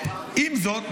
עם זאת,